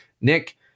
Nick